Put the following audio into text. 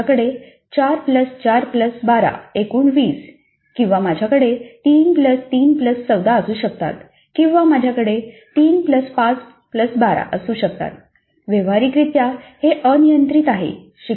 तर माझ्याकडे 4 4 12 एकूण 20 किंवा माझ्याकडे 3314 असू शकतात किंवा माझ्याकडे 3 5 12 असू शकतात व्यावहारिकरित्या ते अनियंत्रित आहे